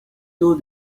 told